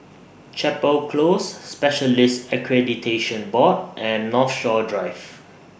Chapel Close Specialists Accreditation Board and Northshore Drive